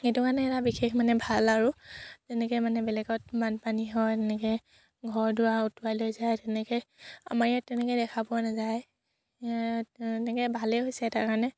সেইটো কাৰণে এটা বিশেষ মানে ভাল আৰু তেনেকৈ মানে বেলেগত বানপানী হয় তেনেকৈ ঘৰ দুৱাৰ উটুৱাই লৈ যায় তেনেকৈ আমাৰ ইয়াত তেনেকৈ দেখা পোৱা নাযায় তেনেকৈ ভালেই হৈছে তাৰ কাৰণে